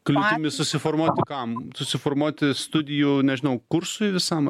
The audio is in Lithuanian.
kliūtimi susiformuoti kam susiformuoti studijų nežinau kursui visam